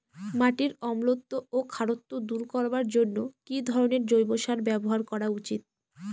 মাটির অম্লত্ব ও খারত্ব দূর করবার জন্য কি ধরণের জৈব সার ব্যাবহার করা উচিৎ?